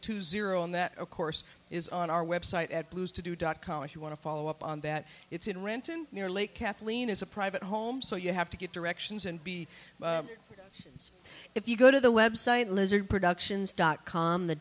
two zero and that of course is on our website at blue's to do dot com if you want to follow up on that it's in renton near lake kathleen is a private home so you have to get directions and be if you go to the website lizard productions dot com the